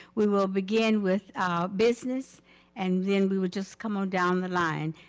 we will begin with business and then we would just come on down the line.